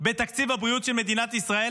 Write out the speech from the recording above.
בתקציב הבריאות של מדינת ישראל?